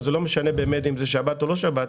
לא משנה אם זה שבת או לא שבת.